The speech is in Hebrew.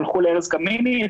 הלכו לארז קמיניץ,